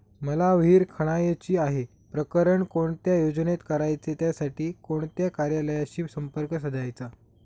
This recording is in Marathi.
मला विहिर खणायची आहे, प्रकरण कोणत्या योजनेत करायचे त्यासाठी कोणत्या कार्यालयाशी संपर्क साधायचा?